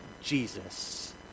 Jesus